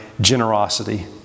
generosity